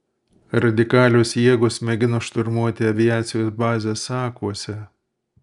radikalios jėgos mėgino šturmuoti aviacijos bazę sakuose